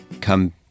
come